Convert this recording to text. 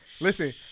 listen